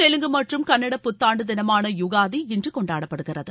தெலுங்கு மற்றும் கன்னட புத்தாண்டு தினமான யுகாதி இன்று கொண்டாடப்படுகிறது